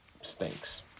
stinks